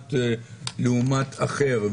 לעומת אחר?